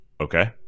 Okay